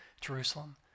Jerusalem